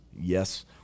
yes